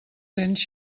cents